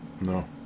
No